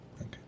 Okay